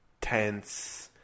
tense